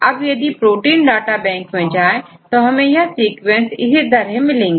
अब यदि protein data bank में जाएं तो हमें यह सीक्वेंस इसी तरह मिलेंगे